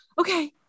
okay